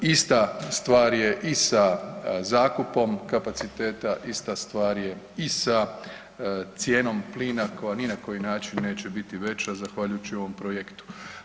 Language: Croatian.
Ista stvar je i sa zakupom kapaciteta, ista stvar je i sa cijenom plina koja ni na koji način neće biti veća zahvaljujući ovom projektu.